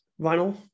vinyl